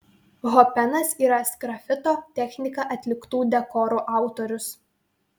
hopenas yra sgrafito technika atliktų dekorų autorius